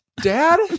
Dad